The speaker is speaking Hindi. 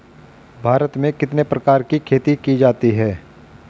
भारत में कितने प्रकार की खेती की जाती हैं?